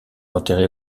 enterré